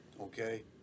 Okay